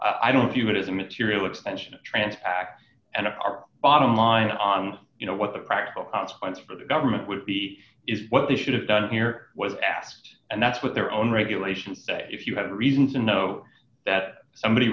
i don't view it as a material extension of trance act and our bottom line on you know what the practical consequences for the government would be is what they should have done here was asked and that's what their own regulations say if you have a reason to know that somebody